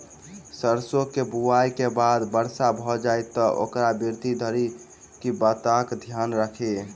सैरसो केँ बुआई केँ बाद वर्षा भऽ जाय तऽ ओकर वृद्धि धरि की बातक ध्यान राखि?